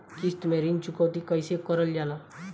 किश्त में ऋण चुकौती कईसे करल जाला?